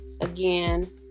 again